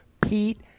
Pete